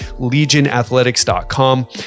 legionathletics.com